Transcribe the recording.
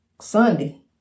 Sunday